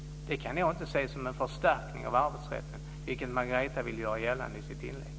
Det kan jag inte se som en förstärkning av arbetsrätten, vilket Margareta Andersson vill göra gällande i sitt inlägg.